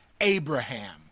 Abraham